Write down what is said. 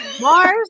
Mars